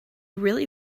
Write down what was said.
really